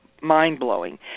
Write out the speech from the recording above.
mind-blowing